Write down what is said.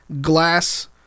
glass